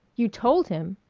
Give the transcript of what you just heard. you told him!